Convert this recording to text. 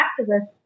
activists